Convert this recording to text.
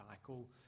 cycle